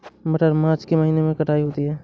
मटर मार्च के महीने कटाई होती है?